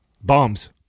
Bombs